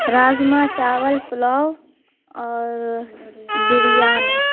رازمہ چاول پلاؤ اور بریانی